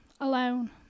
alone